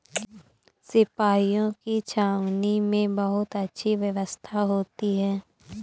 सिपाहियों की छावनी में बहुत अच्छी व्यवस्था होती है